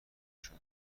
شده